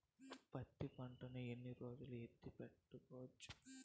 పత్తి పంటను ఎన్ని రోజులు ఎత్తి పెట్టుకోవచ్చు?